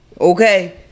Okay